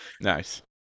Nice